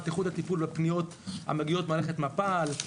איכות הטיפול בפניות שמגיעות למערכת מפ"ל,